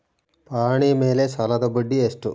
ಪಹಣಿ ಮೇಲೆ ಸಾಲದ ಬಡ್ಡಿ ಎಷ್ಟು?